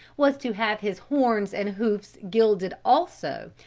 was to have his horns and hoofs gilded also,